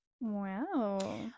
Wow